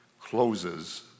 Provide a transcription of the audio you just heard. closes